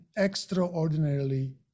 extraordinarily